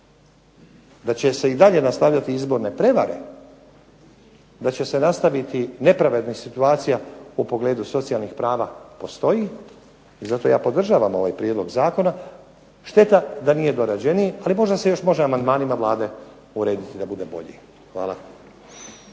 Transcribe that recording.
da će se i dalje nastavljati izborne prevare, da će se nastaviti nepravedna situacija u pogledu socijalnih prava postoji. Zato ja podržavam ovaj prijedlog zakona. šteta da nije dorađeniji, ali možda se još može amandmanima Vlade urediti da bude bolji. Hvala.